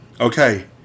okay